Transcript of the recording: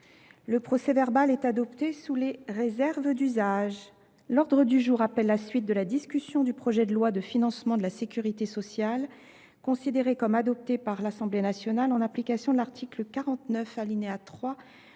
Le procès verbal est adopté sous les réserves d’usage. L’ordre du jour appelle la suite de la discussion du projet de loi, considéré comme adopté par l’Assemblée nationale en application de l’article 49, alinéa 3,